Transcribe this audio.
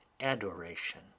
ADORATION